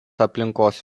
aplinkos